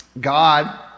God